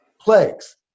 plagues